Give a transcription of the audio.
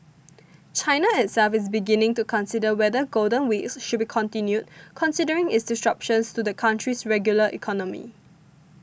China itself is beginning to consider whether Golden Weeks should be continued considering its disruptions to the country's regular economy